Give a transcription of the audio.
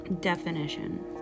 definition